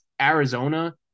Arizona